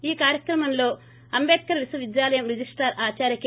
ఈ కార్యక్రమంలో అంబేద్కర్ విశ్వవిద్యాలయం రిజిస్టార్ ఆదార్య కె